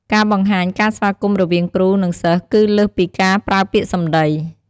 ការបង្ហាញការស្វាគមន៍រវាងគ្រូ និង សិស្សគឺលើសពីការប្រើពាក្យសម្ដី។